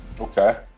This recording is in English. Okay